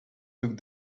took